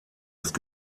ist